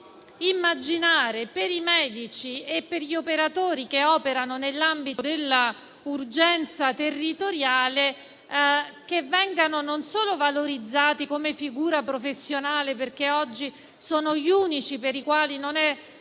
di immaginare per i medici e per gli operatori che operano nell'ambito della urgenza territoriale che vengano valorizzati non solo come figura professionale - oggi sono gli unici per i quali non è previsto